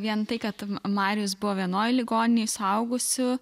vien tai kad marius buvo vienoj ligoninėj suaugusių